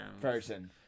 person